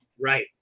Right